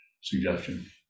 suggestion